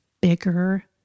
bigger